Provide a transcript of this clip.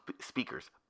speakers